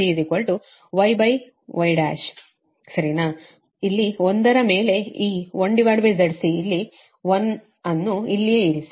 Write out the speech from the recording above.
ಆದ್ದರಿಂದ ಇಲ್ಲಿ 1 ಮೇಲೆ ಈ 1ZC ಇಲ್ಲಿ 1 ಅನ್ನು ಇಲ್ಲಿಯೇ ಇರಿಸಿ